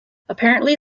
apparently